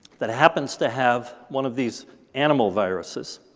that happens to have one of these animal viruses,